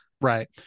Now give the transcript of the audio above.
Right